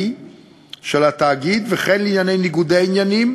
של התאגיד וכן לעניין ניגודי עניינים,